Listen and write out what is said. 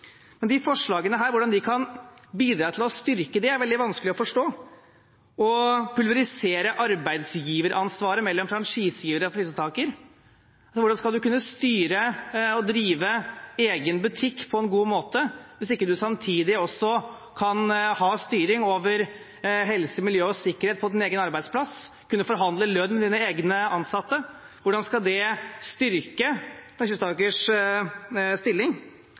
hvordan de andre forslagene kan bidra til å styrke det ved å pulverisere arbeidsgiveransvaret mellom franchisegiver og franchisetaker, er veldig vanskelig å forstå, for hvordan skal man kunne styre og drive egen butikk på en god måte hvis man ikke samtidig kan ha styring over helse, miljø og sikkerhet på egen arbeidsplass og kan forhandle lønn til egne ansatte? Hvordan skal det styrke franchisetakers stilling?